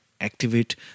Activate